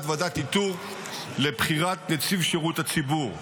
ועדת איתור לבחירת נציב שירות הציבור.